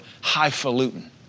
highfalutin